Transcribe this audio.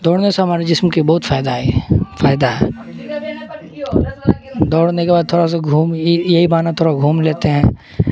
دوڑنے سے ہمارے جسم کے بہت فائدہ ہے فائدہ دوڑنے کے بعد تھوڑا سا گھوم یہی بہانا تھوڑا گھوم لیتے ہیں